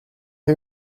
who